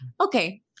Okay